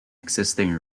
existing